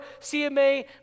CMA